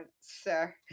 sir